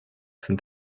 sind